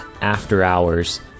after-hours